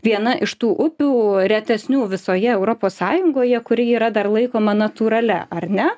viena iš tų upių retesnių visoje europos sąjungoje kuri yra dar laikoma natūralia ar ne